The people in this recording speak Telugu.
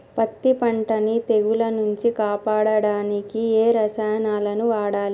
పత్తి పంటని తెగుల నుంచి కాపాడడానికి ఏ రసాయనాలను వాడాలి?